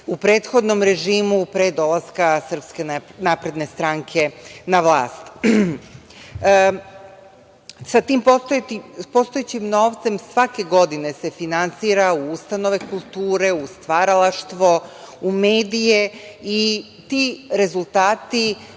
u prethodnom režimu pre dolaska SNS na vlast. Sa tim postojećim novcem svake godine se finansira u ustanove kulture, u stvaralaštvo, u medije i ti rezultati